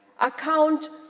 account